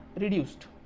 reduced